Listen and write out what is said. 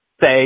say